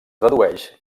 dedueix